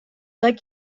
like